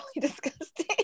disgusting